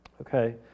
okay